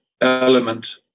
element